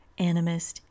animist